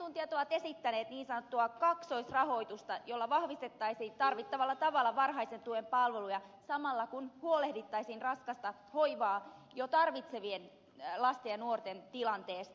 asiantuntijat ovat esittäneet niin sanottua kaksoisrahoitusta jolla vahvistettaisiin tarvittavalla tavalla varhaisen tuen palveluja samalla kun huolehdittaisiin raskasta hoivaa jo tarvitsevien lasten ja nuorten tilanteesta